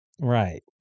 Right